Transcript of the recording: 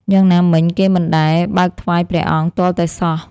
យ៉ាងណាមិញ គេមិនដែល បើកថ្វាយព្រះអង្គ ទាល់តែសោះ ។